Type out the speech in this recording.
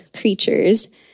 creatures